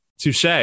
Touche